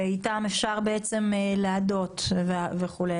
שאתם אפשר לאדות וכו',